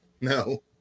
no